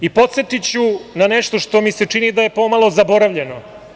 Podsetiću na nešto što mi se čini da je pomalo zaboravljeno.